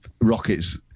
rockets